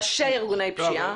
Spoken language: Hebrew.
ראשי ארגוני פשיעה.